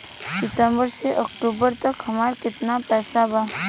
सितंबर से अक्टूबर तक हमार कितना पैसा बा?